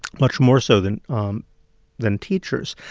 much more so than um than teachers,